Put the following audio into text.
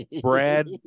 Brad